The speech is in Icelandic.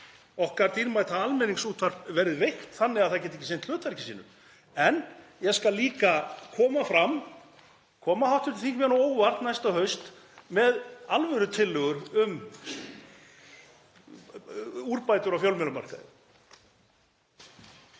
okkar dýrmæta almenningsútvarp, verði veikt þannig að það geti ekki sinnt hlutverki sínu. En ég skal líka koma fram, koma hv. þingmanni á óvart, næsta haust með alvörutillögur um úrbætur á fjölmiðlamarkaði.